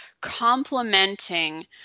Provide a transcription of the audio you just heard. complementing